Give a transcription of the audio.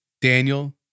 Daniel